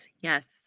yes